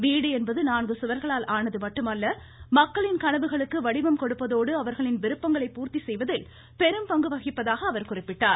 வீடு என்பது நான்கு சுவர்களால் ஆனது மட்டுமல்ல மக்களின் கனவுகளுக்கு வடிவம் கொடுப்பதோடு அவர்களின் விருப்பங்களை பூர்த்தி செய்வதில் பெரும்பங்கு வகிப்பதாக குறிப்பிட்டுள்ளார்